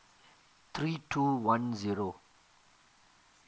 three two one zero